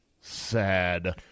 Sad